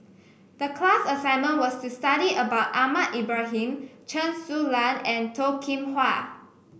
the class assignment was to study about Ahmad Ibrahim Chen Su Lan and Toh Kim Hwa